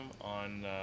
on